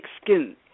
skin